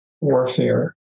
warfare